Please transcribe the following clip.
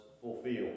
fulfilled